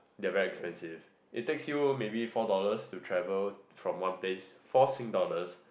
they are very expensive it takes you maybe four dollars to travel from one place four Sing dollars